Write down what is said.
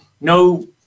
no